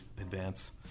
advance